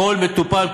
הכול מטופל,